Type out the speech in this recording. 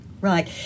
Right